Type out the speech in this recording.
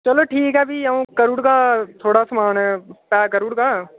चलो ठीक ऐ फ्ही अ'ऊं करी ओड़गा थुआढ़ा समान पैक करी ओड़गा